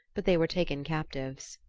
but they were taken captives.